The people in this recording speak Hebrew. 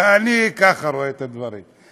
אני ככה רואה את הדברים.